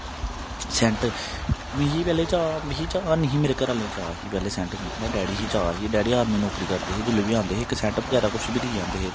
सैंट मिगी पैह्लें मिगी चाऽ मिगी चाऽ है नी हा पैह्लें घरा आह्ले गी चाऽ ही पैह्लें सैंट सुट्टने दा डैडी गी चाऽ ही डैडी आर्मी च नौकरी करदे हे जेल्लै बी आंदे है इक सैंट बगैरा कुछ बी लेई आंदे हे